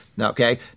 okay